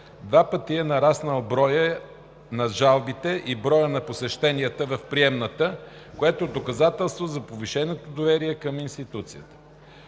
два пъти е нараснал и броят на жалбите, и броят на посещенията в приемната, което е доказателство за повишеното доверие към институцията.